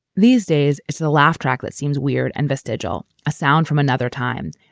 these days it's the laugh track that seems weird and vestigial, a sound from another time.